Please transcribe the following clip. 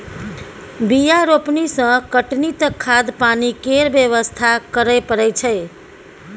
बीया रोपनी सँ कटनी तक खाद पानि केर बेवस्था करय परय छै